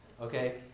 Okay